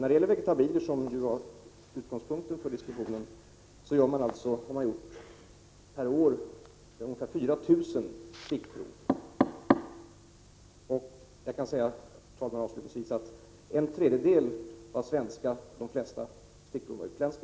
När det gäller vegetabilier, som ju var utgångspunkten för diskussionen, har man gjort ungefär 4 000 stickprov per år, och en tredjedel av dessa stickprov gällde svenska varor, resten utländska.